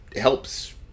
helps